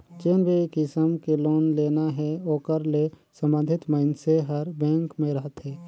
जेन भी किसम के लोन लेना हे ओकर ले संबंधित मइनसे हर बेंक में रहथे